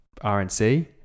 RNC